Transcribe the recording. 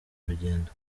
urugendo